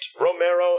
Romero